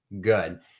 good